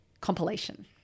compilation